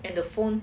and the phone